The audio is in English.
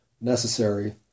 necessary